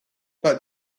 that